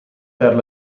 per